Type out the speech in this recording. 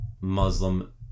Muslim